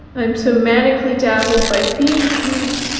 i'm so manically dazzled by being here,